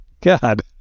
god